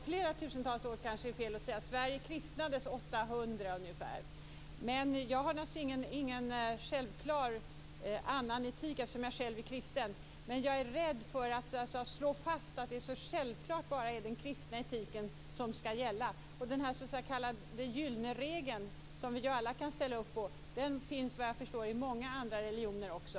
Herr talman! Det är kanske fel att tala om flera tusen år. Sverige kristnades ungefär år 800. Jag har alltså ingen självklar annan etik, eftersom jag själv är kristen. Men jag är rädd för att slå fast att det självklart bara är den kristna etiken som skall gälla. Den s.k. gyllene regeln, som ju alla kan ställa upp på, finns såvitt jag vet i många andra religioner också.